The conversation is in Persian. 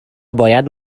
باید